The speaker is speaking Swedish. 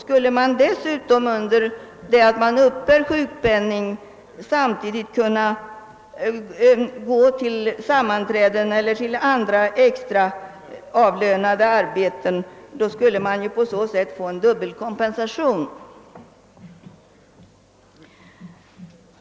Skulle man under den tid då man uppbär sjukpenning samtidigt kunna delta i sammanträden eller utföra andra extraavlönade arbeten, skulle man på så sätt få en dubbel kompensation.